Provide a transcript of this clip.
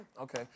okay